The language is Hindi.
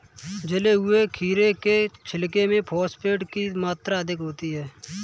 जले हुए खीरे के छिलके में फॉस्फेट की मात्रा अधिक होती है